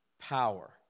power